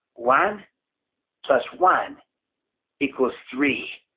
one plus one equals three,